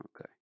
Okay